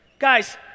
Guys